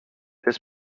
this